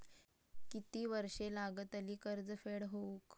किती वर्षे लागतली कर्ज फेड होऊक?